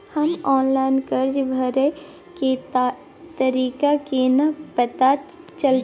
हमर ऑनलाइन कर्जा भरै के तारीख केना पता चलते?